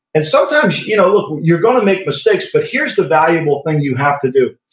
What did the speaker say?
and sometimes you know you're going to make mistakes, but here's the valuable thing you have to do.